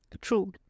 True